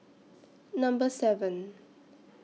Number seven